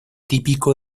típico